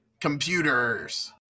computers